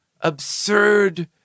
absurd